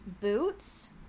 boots